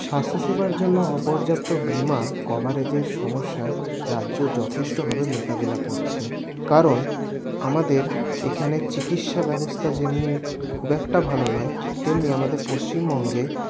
স্বাস্থ্যসেবার জন্য অপর্যাপ্ত বীমা কভারেজের সমস্যা রাজ্য যথেষ্টভাবে মোকাবিলা করছে কারণ আমাদের এইখানের চিকিৎসা ব্যবস্থা যেমনি খুব একটা ভালো নয় তেমনি আমাদের পশ্চিমবঙ্গে